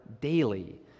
daily